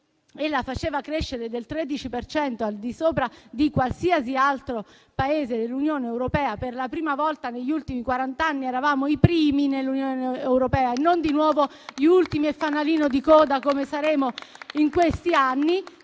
e la faceva crescere del 13 per cento, al di sopra di qualsiasi altro Paese dell'Unione europea (per la prima volta negli ultimi quarant'anni eravamo i primi nell'Unione europea e non di nuovo gli ultimi e fanalino di coda, come saremo in questi anni),